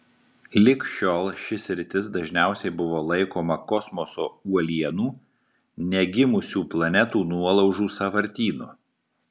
lig šiol ši sritis dažniausiai buvo laikoma kosmoso uolienų negimusių planetų nuolaužų sąvartynu